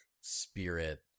spirit